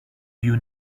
you